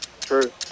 True